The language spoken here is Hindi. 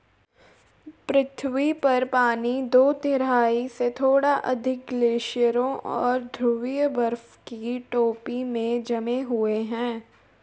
पृथ्वी पर पानी दो तिहाई से थोड़ा अधिक ग्लेशियरों और ध्रुवीय बर्फ की टोपी में जमे हुए है